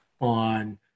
on